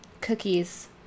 Cookies